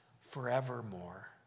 forevermore